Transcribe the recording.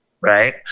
Right